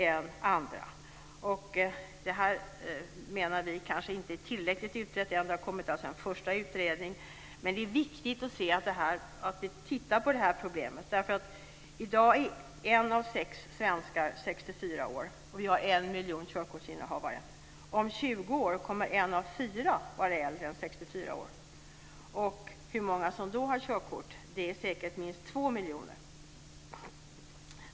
Vi menar att det kanske inte är tillräckligt utrett än - det har alltså kommit en första utredning - men det är viktigt att vi tittar på det här problemet. I dag är en av sex svenskar äldre än 64 år, och det finns 1 miljon körkortsinnehavare. Om 20 år kommer en av fyra att vara äldre än 64 år. Vi vet inte hur många som då har körkort, men det är säkert minst 2 miljoner.